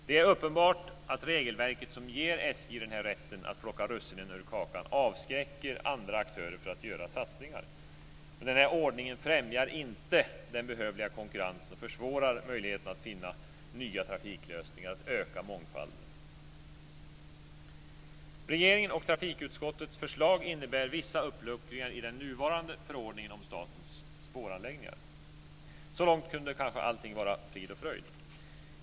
Det är uppenbart att regelverket som ger SJ denna rätt att plocka russinen ur kakan avskräcker andra aktörer från att göra satsningar. Denna ordning främjar inte den behövliga konkurrensen och försvårar möjligheterna att finna nya trafiklösningar och öka mångfalden. Regeringens och trafikutskottets förslag innebär vissa uppluckringar i den nuvarande förordningen om statens spåranläggningar. Så långt kunde kanske allting vara frid och fröjd.